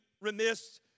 remiss